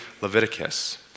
Leviticus